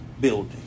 building